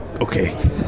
okay